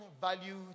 value